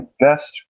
best